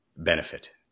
Benefit